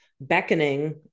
beckoning